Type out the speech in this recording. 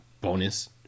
bonus